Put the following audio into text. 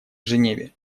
женеве